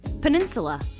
Peninsula